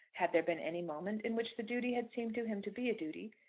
had there been any moment in which the duty had seemed to him to be a duty,